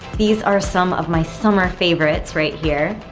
these are some of my summer favorites right here.